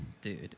Dude